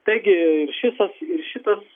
taigi šisas šitas